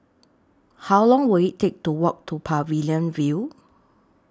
How Long Will IT Take to Walk to Pavilion View